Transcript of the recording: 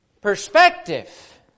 Perspective